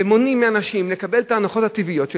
מונעים מאנשים לקבל את ההנחות הטבעיות שלהם.